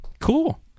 Cool